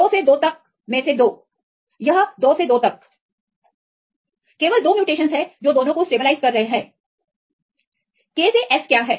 2 से 2 तक में से 2 यह 2 से 2तक केवल 2 म्यूटेशनस हैं जो दोनों को स्टेबलाइज कर रहे हैंK से S क्या है